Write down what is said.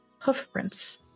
hoofprints